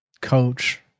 coach